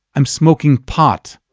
i'm smoking pot.